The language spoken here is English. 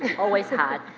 always hot.